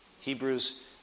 Hebrews